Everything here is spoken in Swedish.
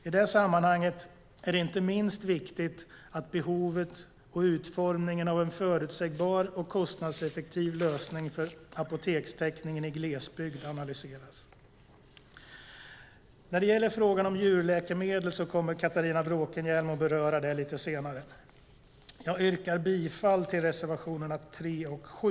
I det sammanhanget är det inte minst viktigt att behovet och utformningen av en förutsägbar och kostnadseffektiv lösning för apotekstäckningen i glesbygd analyseras. Frågan om djurläkemedel kommer Catharina Bråkenhielm att beröra lite senare. Jag yrkar bifall till reservationerna 3 och 7.